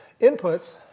inputs